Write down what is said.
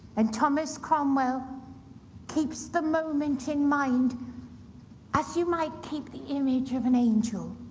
and thomas cromwell keeps the moment in mind as you might keep the image of an angel.